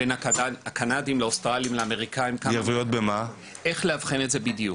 בין הקנדים לאוסטרלים לאמריקאים לגבי איך לאבחן את זה בדיוק.